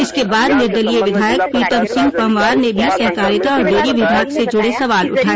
इसके बाद निर्दलीय विधायक प्रीतम सिंह पंवार ने भी सहकारिता और डेरी विभाग से जुड़े सवाल उठाए